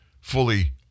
fully